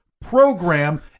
program